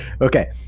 Okay